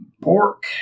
pork